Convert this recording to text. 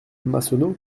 massonneau